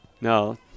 No